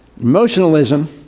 Emotionalism